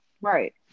Right